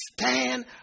stand